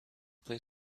play